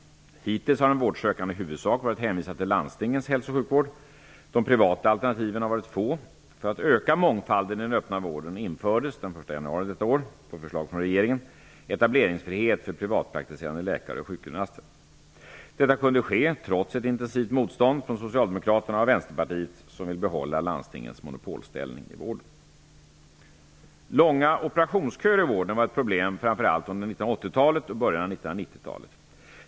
Hittills har en vårdsökande i huvudsak varit hänvisad till landstingens hälso och sjukvård. De privata alternativen har varit få. För att öka mångfalden i den öppna vården infördes den 1 januari detta år -- Detta kunde ske trots ett intensivt motstånd från Långa operationsköer i vården var ett problem framför allt under 1980-talet och början av 1990 talet.